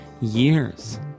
years